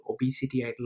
obesity